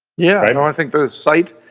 yeah. i think the sight,